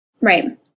Right